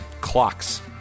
Clocks